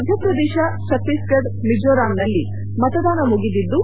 ಮಧ್ಯಪ್ರದೇಶ ಛತ್ತೀಸ್ಗಢ ಮಿಜೋರಾಮ್ನಲ್ಲಿ ಮತದಾನ ಮುಗಿದಿದ್ದು